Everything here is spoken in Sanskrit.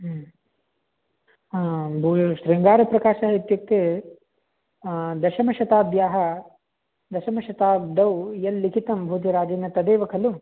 हूं हा शृङ्गारप्राकाश इत्युक्ते दशमशताब्द्याः दशशताब्धौ एल्लिखितं भोजराजेन तदेव खलु